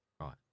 Right